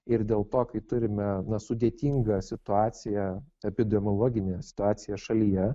ir dėl to kai turime sudėtingą situaciją epidemiologinę situaciją šalyje